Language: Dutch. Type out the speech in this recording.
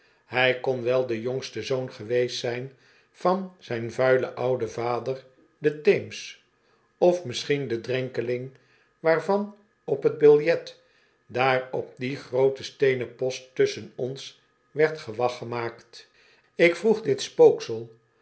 hij kon wel de jongste zoon geweest zijn van zijn vuilen ouden vader de teems of misschien de drenkeling waarvan op t biljet daar op dien grooten steenen post tusschen ons werd gewag gemaakt ik vroeg dit spooksel